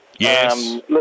Yes